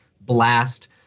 blast